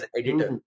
editor